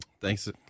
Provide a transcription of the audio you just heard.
Thanks